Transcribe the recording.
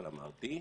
אבל אמרתי,